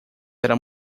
era